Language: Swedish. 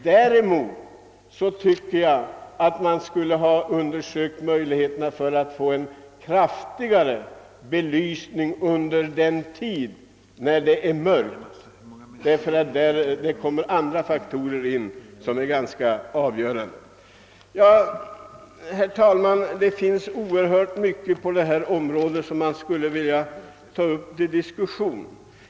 Däremot tycker jag att man borde undersöka möjligheterna att få en kraftigare belysning under den tid det är mörkt, ty då kommer andra faktorer in som är ganska avgörande. Det finns, herr talman, oerhört mycket på detta område som jag skulle vilja ta upp till diskussion.